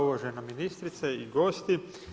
Uvažena ministrice i gosti.